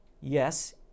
Yes